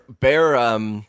bear